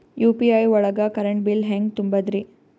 UPI ಒಳಗ current bill ಹೆಂಗ್ ತುಂಬದ್ರಿ?